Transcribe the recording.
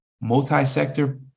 multi-sector